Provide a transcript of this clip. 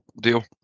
deal